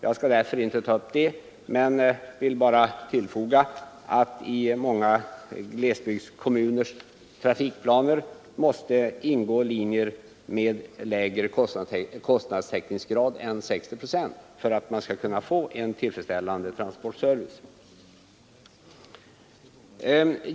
Jag skall därför inte gå in på detta utan vill bara tillfoga att det i många glesbygdskommuners trafikplaner måste finnas linjer med lägre kostnadstäckningsgrad än 60 procent för att man skall kunna få en tillfredsställande transportservice.